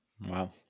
wow